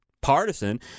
Partisan